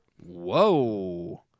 Whoa